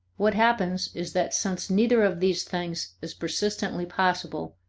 what happens is that since neither of these things is persistently possible,